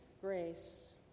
Grace